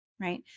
Right